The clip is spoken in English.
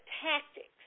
tactics